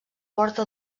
porta